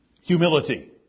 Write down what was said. Humility